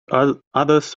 others